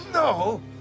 no